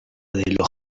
lógica